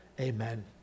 Amen